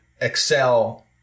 excel